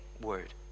word